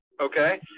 Okay